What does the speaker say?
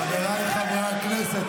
חבריי חברי הכנסת.